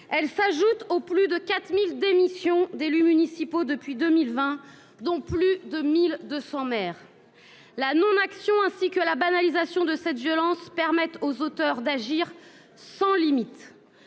Elle s'ajoute aux plus de 4000 démissions d'élus municipaux depuis 2020, dont plus de 1200. La non action ainsi que la banalisation de cette violence, permettent aux auteurs d'agir sans limite.